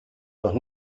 noch